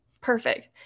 perfect